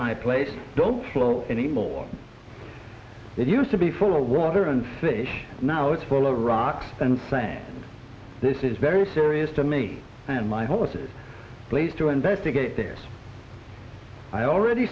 my place don't float anymore that used to be full of water and fish now it's well over rocks and saying this is very serious to me and my horses please to investigate there's i already